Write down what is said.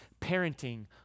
parenting